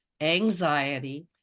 Anxiety